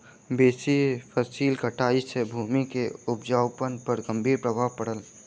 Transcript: बेसी फसिल कटाई सॅ भूमि के उपजाऊपन पर गंभीर प्रभाव पड़ल